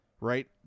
right